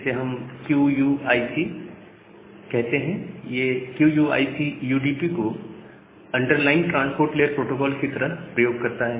इसे हम क्यूयूआईसी कहते हैं यह क्यूयूआईसी यूडीपी को underlying transport layer protocol की तरह प्रयोग करता है